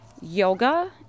yoga